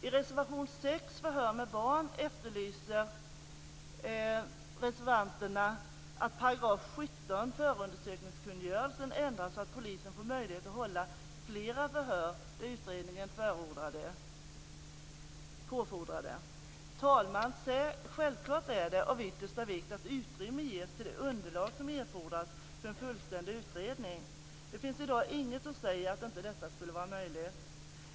I reservation 6 om förhör med barn efterlyser reservanterna att 17 § förundersökningskungörelsen ändras så att polisen får möjlighet att hålla flera förhör när utredningen påfordrar det. Självklart, herr talman, är det av yttersta vikt att utrymme ges till det underlag som erfordras för en fullständig utredning. Det finns i dag inget som säger att detta inte skulle vara möjligt.